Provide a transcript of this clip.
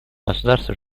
государства